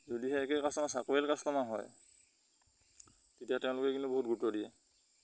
যদিহে একে কাষ্টমাৰ চাকৰিল কাষ্টমাৰ হয় তেতিয়া তেওঁলোকে কিন্তু বহুত গুৰুত্ব দিয়ে